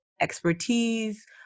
expertise